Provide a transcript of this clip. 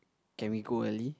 can we go early